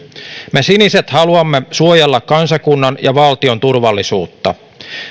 me siniset haluamme suojella kansakunnan ja valtion turvallisuutta